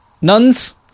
Nuns